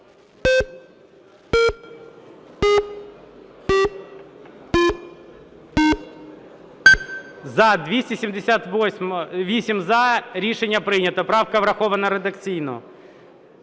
За-278 Рішення прийнято. Правка врахована редакційно.